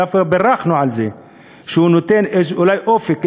דווקא בירכנו על זה שהוא נותן אולי אופק,